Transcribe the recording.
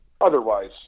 otherwise